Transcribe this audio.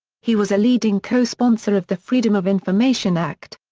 he was a leading co-sponsor of the freedom of information act.